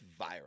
viral